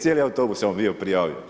Cijeli autobus je on bio prijavio.